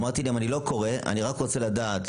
אמרתי שאני לא קורא רק רוצה לדעת,